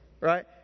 Right